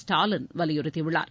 ஸ்டாலின் வலியுறுத்தியுள்ளார்